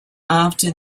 after